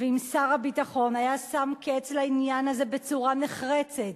ואם שר הביטחון היה שם קץ לעניין הזה בצורה נחרצת,